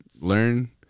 learn